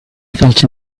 felt